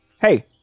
Hey